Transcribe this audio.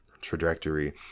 trajectory